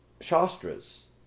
Shastras